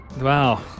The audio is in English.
Wow